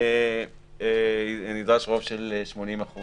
נדרש רוב של 80%